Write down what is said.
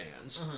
fans